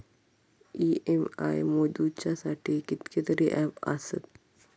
EMI मोजुच्यासाठी कितकेतरी app आसत